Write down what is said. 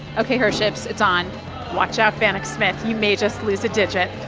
ok, herships, it's on watch out, vanek smith. you may just lose a digit